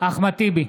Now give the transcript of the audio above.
אחמד טיבי,